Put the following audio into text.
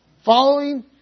following